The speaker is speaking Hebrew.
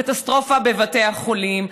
קטסטרופה בבתי החולים,